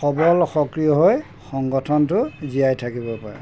সবল সক্ৰিয় হৈ সংগঠনটো জীয়াই থাকিব পাৰে